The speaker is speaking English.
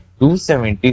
270